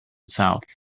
south